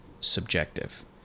subjective